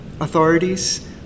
authorities